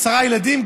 עשרה ילדים,